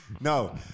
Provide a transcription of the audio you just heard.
No